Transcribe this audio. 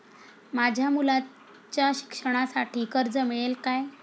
माझ्या मुलाच्या शिक्षणासाठी कर्ज मिळेल काय?